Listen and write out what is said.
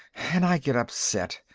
and i got upset.